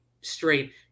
straight